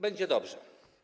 Będzie dobrze.